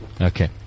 Okay